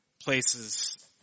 places